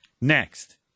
next